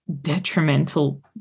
detrimental